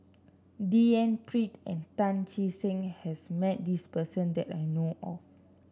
D N Pritt and Tan Che Sang has met this person that I know of